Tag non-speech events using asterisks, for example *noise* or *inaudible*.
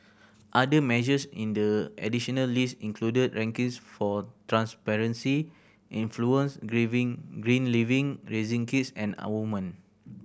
other measures in the additional list included rankings for transparency influence *unintelligible* green living raising kids and women